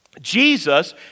Jesus